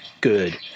good